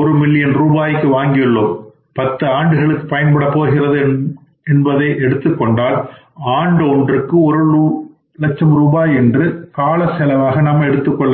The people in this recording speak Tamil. ஒரு மில்லியன் ரூபாய்க்கு வாங்கியுள்ளோம் 10 ஆண்டுகளுக்கு பயன்படப் போகிறது என்பதை எடுத்துக்கொண்டால் ஆண்டு ஒன்றுக்கு ஒரு லட்சம் ரூபாய் என்று கால செலவாக எடுத்துக் கொள்ளவேண்டும்